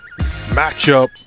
matchup